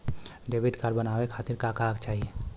Debit card बनवावे खातिर का का चाही?